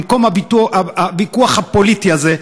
במקום הוויכוח הפוליטי הזה,